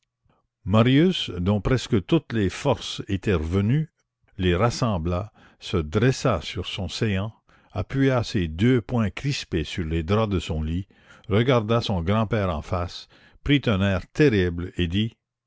marius dont presque toutes les forces étaient revenues les rassembla se dressa sur son séant appuya ses deux poings crispés sur les draps de son lit regarda son grand-père en face prit un air terrible et